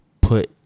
put